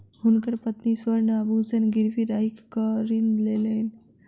हुनकर पत्नी स्वर्ण आभूषण गिरवी राइख कअ ऋण लेलैन